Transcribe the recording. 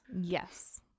Yes